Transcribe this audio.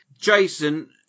Jason